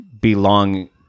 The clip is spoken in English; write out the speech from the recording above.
belong